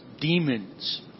demons